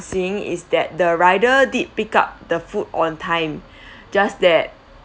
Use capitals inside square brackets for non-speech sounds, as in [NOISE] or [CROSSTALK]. seeing is that the rider did pick up the food on time [BREATH] just that